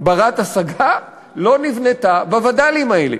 בת-השגה לא נבנתה בווד"לים האלה.